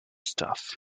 stuff